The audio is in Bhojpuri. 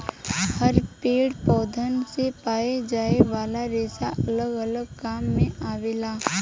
हर पेड़ पौधन से पाए जाये वाला रेसा अलग अलग काम मे आवेला